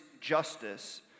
justice